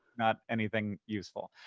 not anything useful.